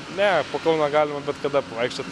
ne po kauną galima bet kada pavaikščiot